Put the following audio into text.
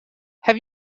have